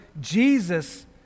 Jesus